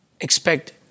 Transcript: expect